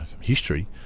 history